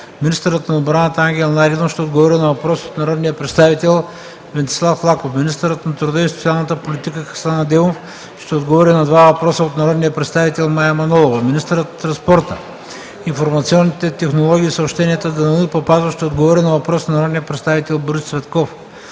Министърът на отбраната Ангел Найденов ще отговори на въпрос от народния представител Венцислав Лаков. 3. Министърът на труда и социалната политика Хасан Адемов ще отговори на два въпроса от народния представител Мая Манолова. 4. Министърът на транспорта, информационните технологии и съобщенията Данаил Папазов ще отговори на въпрос от народния представител Борис Цветков.